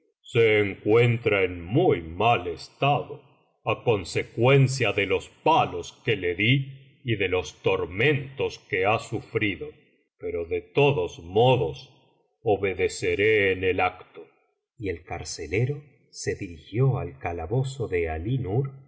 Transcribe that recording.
se encuentra en muy mal estado á consecuencia de los palos que le di y de los tormentos que ha sufrido pero de todos modos obedeceré en el acto y el carcelero se dirigió al calabozo de ali nur y